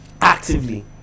Actively